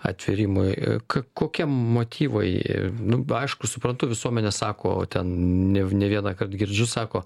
atvėrimui k kokie motyvai nu aišku suprantu visuomenės sako ten ne ne vienąkart girdžiu sako